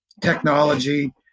technology